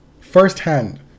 firsthand